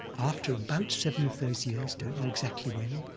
after about seven of those years, don't know exactly when,